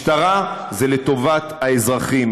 משטרה זה לטובת האזרחים.